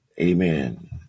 Amen